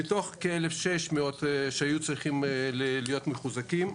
מתוך כ-1,600 שהיו צריכים להיות מחוזקים.